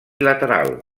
lateral